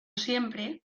siempre